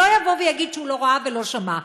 שלא יבוא ויגיד שהוא לא ראה ולא שמע.